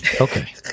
Okay